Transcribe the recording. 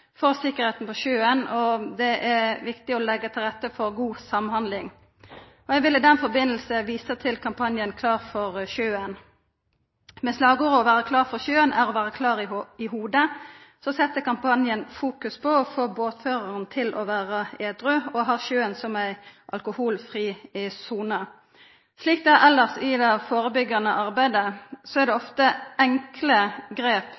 for sikkerheita på sjøen, og det er viktig å leggja til rette for god samhandling. Eg vil i samband med det vise til kampanjen «Klar for sjøen». Med slagordet «å være klar for sjøen er å være klar i hodet» fokuserer kampanjen på å få båtføraren til å vera edru og ha sjøen som ei alkoholfri sone. Slik det elles er i det førebyggjande arbeidet, er det ofte enkle grep